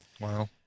Wow